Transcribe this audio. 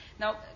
Now